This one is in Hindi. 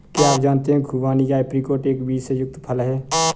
क्या आप जानते है खुबानी या ऐप्रिकॉट एक बीज से युक्त फल है?